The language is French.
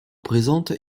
présente